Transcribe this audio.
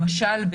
למשל,